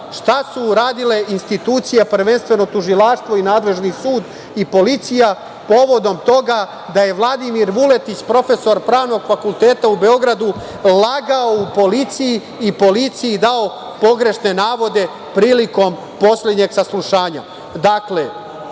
šta su uradile institucije, prvenstveno tužilaštvo i nadležni sud i policija povodom toga da je Vladimir Vuletić profesor Pravnog fakulteta u Beogradu lagao u policiji i policiji dao pogrešne navode prilikom poslednjeg saslušanja? Dakle,